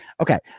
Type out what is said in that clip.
Okay